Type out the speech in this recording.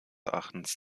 erachtens